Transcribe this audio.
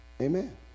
Amen